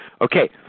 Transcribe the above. Okay